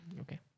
Okay